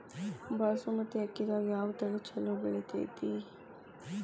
ಬಾಸುಮತಿ ಅಕ್ಕಿದಾಗ ಯಾವ ತಳಿ ಛಲೋ ಬೆಳಿತೈತಿ?